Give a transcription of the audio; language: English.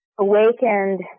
awakened